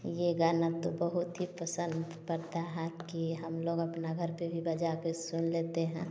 ये गाना तो बहुत ही पसंद पड़ता है कि हम लोग अपना घर पर भी बजा के सुन लेते हैं